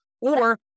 Or-